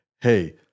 hey